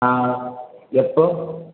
ஆ எப்போது